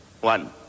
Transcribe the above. One